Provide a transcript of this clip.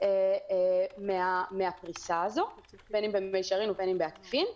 מן הפריסה הזאת, בין במישרין ובין בעקיפין.